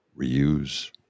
Reuse